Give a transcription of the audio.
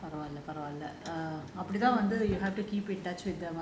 uh பரவால்ல பரவால்ல அப்டிதான் வந்து:paaravaalla paaravaalla apdithaan